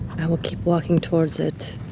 i will keep walking towards it,